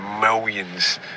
millions